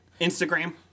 Instagram